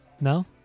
No